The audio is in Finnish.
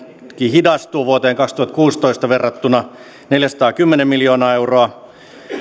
hidastuu vuoteen kaksituhattakuusitoista verrattuna neljäsataakymmentä miljoonaa euroa